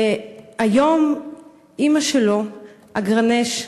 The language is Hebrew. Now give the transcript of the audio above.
והיום אימא שלו, אגרנש,